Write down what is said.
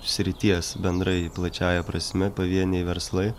srities bendrai plačiąja prasme pavieniai verslai